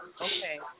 Okay